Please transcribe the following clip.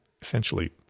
essentially